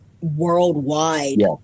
worldwide